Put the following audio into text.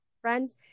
friends